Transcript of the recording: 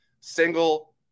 single